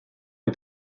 est